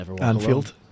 Anfield